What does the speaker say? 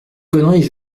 conneries